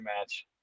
match